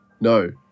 no